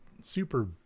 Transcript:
super